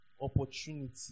Opportunity